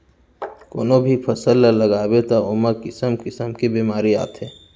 कोनो भी फसल ल लगाबे त ओमा किसम किसम के बेमारी आथे